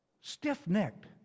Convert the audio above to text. stiff-necked